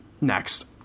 Next